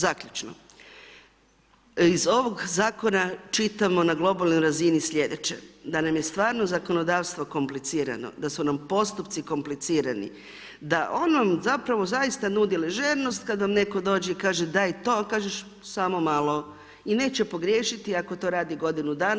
Zaključno, iz ovog zakona, čitamo na globalnoj razini sljedeće, da nam je stvarno zakonodavstvo komplicirano, da su nam postupci komplicirani, da on vam zapravo zaista nudi ležernost, kada vam netko dođe, daj to, kažeš samo malo i neće pogriješiti ako to radi godinu dana.